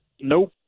Nope